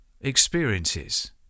experiences